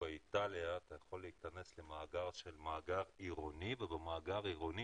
באיטליה אתה יכול להיכנס למאגר של מאגר עירוני ובמאגר העירוני